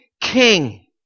king